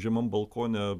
žemam balkone